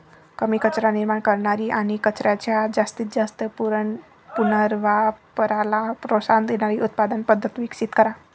कमी कचरा निर्माण करणारी आणि कचऱ्याच्या जास्तीत जास्त पुनर्वापराला प्रोत्साहन देणारी उत्पादन पद्धत विकसित करा